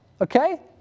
Okay